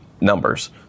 numbers